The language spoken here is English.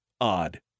odd